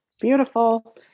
Beautiful